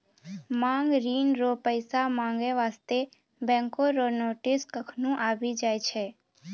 मांग ऋण रो पैसा माँगै बास्ते बैंको रो नोटिस कखनु आबि जाय छै